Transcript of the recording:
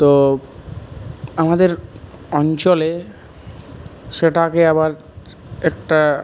তো আমাদের অঞ্চলে সেটাকে আবার একটা